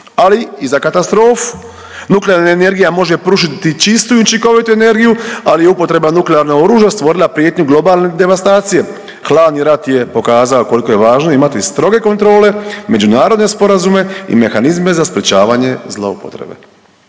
ali i za katastrofu. Nuklearna energija može pružiti čistu i učinkovitu energiju, ali upotreba nuklearnog oružja stvorila je prijetnju globalne devastacije. Hladni rat je pokazao koliko je važno imati stroge kontrole, međunarodne sporazume i mehanizme za sprječavanje zloupotrebe.